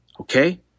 Okay